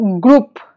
group